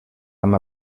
amb